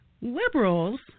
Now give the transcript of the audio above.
Liberals